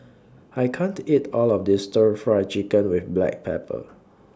I can't eat All of This Stir Fry Chicken with Black Pepper